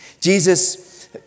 Jesus